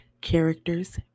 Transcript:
characters